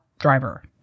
driver